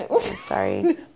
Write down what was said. Sorry